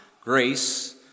grace